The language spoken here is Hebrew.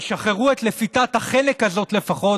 לפחות תשחררו את לפיתת החנק הזאת לפני